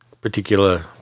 particular